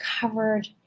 covered